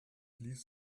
ließ